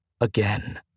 again